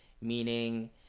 meaning